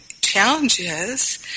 challenges